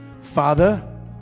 father